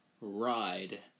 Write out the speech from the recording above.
ride